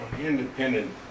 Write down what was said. independent